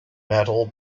metal